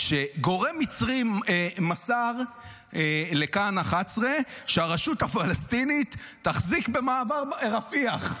גורם מצרי מסר לכאן 11 שהרשות הפלסטינית תחזיק במעבר רפיח.